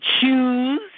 choose